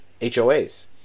HOAs